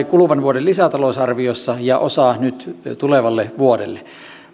kuluvan vuoden lisätalousarviossa ja osa nyt tulevalle vuodelle